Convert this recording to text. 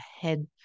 head